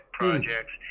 projects